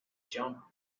jump